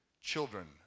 children